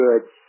good